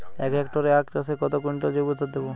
এক হেক্টরে আখ চাষে কত কুইন্টাল জৈবসার দেবো?